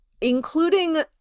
including